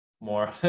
more